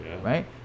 right